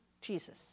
Jesus